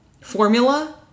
formula